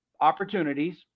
opportunities